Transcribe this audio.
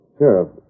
Sheriff